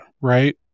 right